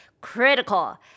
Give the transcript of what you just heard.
critical